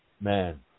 man